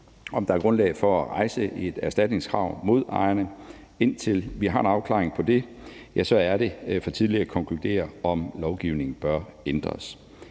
om der er grundlag for at rejse et erstatningskrav mod ejerne. Indtil vi har en afklaring på det, er det for tidligt at konkludere, om lovgivningen bør ændres.